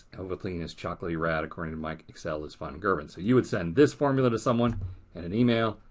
ovaltine is chocolaty rad according to mike excel is fun girvin. so you would send this formula to someone in an email.